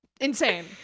insane